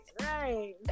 right